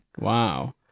wow